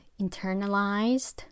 internalized